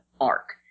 arc